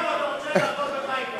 עכשיו, אתה רוצה לעבוד בחיפה.